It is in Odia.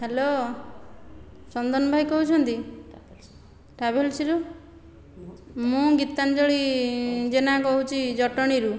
ହ୍ୟାଲୋ ଚନ୍ଦନ ଭାଇ କହୁଛନ୍ତି ଟ୍ରାଭେଲସ୍ରୁ ମୁଁ ଗୀତାଞ୍ଜଳୀ ଜେନା କହୁଛି ଜଟଣୀରୁ